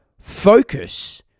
focus